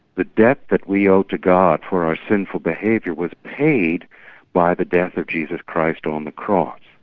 the debt that we owe to god for our sinful behaviour was paid by the death of jesus christ on the cross.